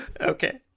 Okay